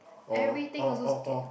everything also scared